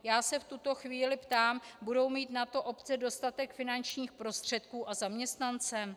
Já se v tuto chvíli ptám budou mít na to obce dostatek finančních prostředků a zaměstnance?